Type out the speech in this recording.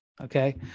Okay